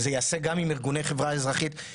וכמובן לחברי וחברות הארגונים השונים,